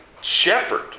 shepherd